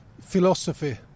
philosophy